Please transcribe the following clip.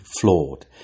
flawed